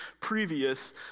previous